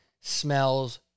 smells